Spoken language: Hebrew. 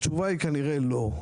התשובה היא כנראה שלא.